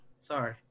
sorry